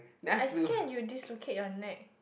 I scare you dislocate your neck